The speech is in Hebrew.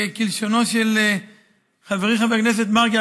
כלשונו של חברי חבר הכנסת מרגי,